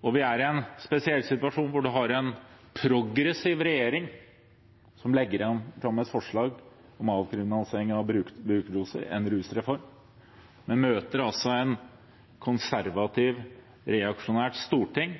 Vi er en i spesiell situasjon, der vi har en progressiv regjering som legger fram et forslag om avkriminalisering av brukerdoser, en rusreform, men som møter et konservativt, reaksjonært storting som fortsatt velger å holde fast på at straff har en